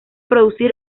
producir